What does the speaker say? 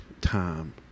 time